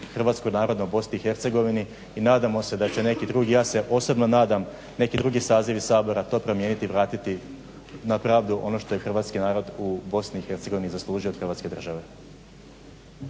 hrvatskog naroda u BiH i nadamo se da će neki drugi, ja se osobno nadam, neki drugi sazivi Sabor to promijeniti i vratiti na pravdu ono što je hrvatski narod u BiH zaslužio od Hrvatske države.